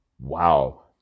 Wow